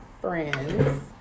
friends